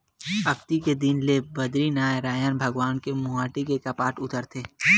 अक्ती के दिन ले बदरीनरायन भगवान के मुहाटी के कपाट उघरथे